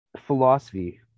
Philosophy